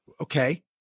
Okay